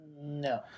No